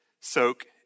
soak